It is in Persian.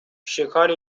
شکار